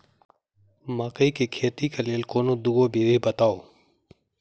मकई केँ खेती केँ लेल कोनो दुगो विधि बताऊ?